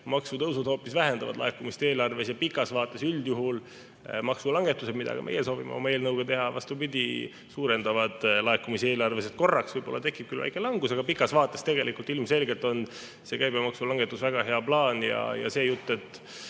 maksutõusud hoopis vähendavad laekumist eelarvesse. Pikas vaates üldjuhul maksulangetused, mida ka meie soovime oma eelnõuga teha, vastupidi, suurendavad laekumisi eelarvesse. Korraks võib-olla tekib küll väike langus, aga pikas vaates on käibemaksu langetus tegelikult ilmselgelt väga hea plaan. See jutt, et